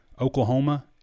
Oklahoma